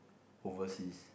overseas